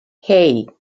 hey